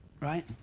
Right